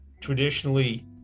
traditionally